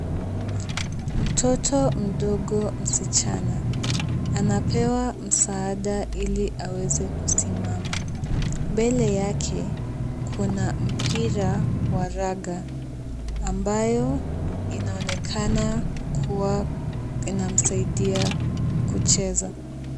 Mtoto mdogo msichana anapewa msaada ili aweze kusimama. Mbele yake kuna mpira wa raga ambayo inaonekana kuwa inamsaidia kucheza.